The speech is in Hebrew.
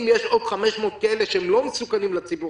יש עוד 500 כאלה שהם לא מסוכנים לציבור,